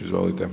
Izvolite.